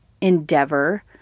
endeavor